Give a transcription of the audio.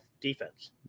defense